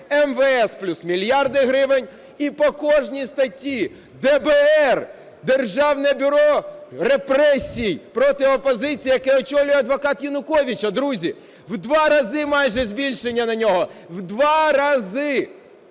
МВС – плюс мільярди гривен. І по кожній статті. ДБР, "державне бюро репресій", проти опозиції, яке очолює адвокат Януковича, друзі, в 2 рази майже збільшення на нього, в 2 рази.